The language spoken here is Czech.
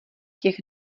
těch